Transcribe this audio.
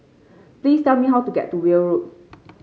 please tell me how to get to Weld Road